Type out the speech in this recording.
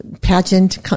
pageant